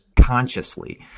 consciously